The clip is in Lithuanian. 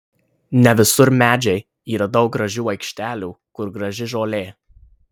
ne visur medžiai yra daug gražių aikštelių kur graži žolė